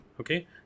okay